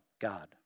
God